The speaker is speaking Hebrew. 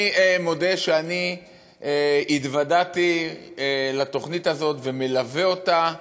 אני מודה שהתוודעתי לתוכנית הזאת ואני מלווה אותה,